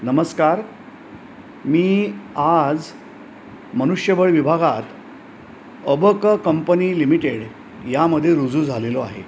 नमस्कार मी आज मनुष्यबळ विभागात अबक कंपनी लिमिटेड यामध्ये रुजू झालेलो आहे